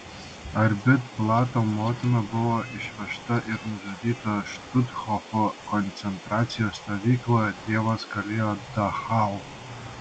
arbit blato motina buvo išvežta ir nužudyta štuthofo koncentracijos stovykloje tėvas kalėjo dachau